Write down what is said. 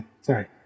sorry